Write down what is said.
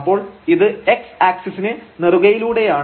അപ്പോൾ ഇത് x ആക്സിസിന് നെറുകയിലൂടെയാണ്